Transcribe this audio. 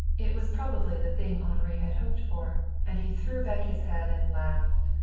it was probably the thing henri had hoped for, and he threw back his head and laughed.